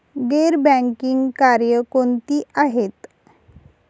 गैर बँकिंग कार्य कोणती आहेत?